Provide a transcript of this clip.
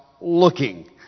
looking